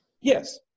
Yes